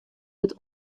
wurdt